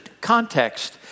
context